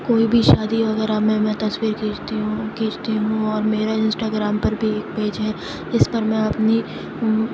کوئی بھی شادی وغیرہ میں میں تصویر کھینچتی ہوں کھینچتی ہوں اور میرا انسٹاگرام پر بھی ایک پیج ہے جس پر میں اپنی